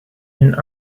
hun